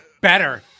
better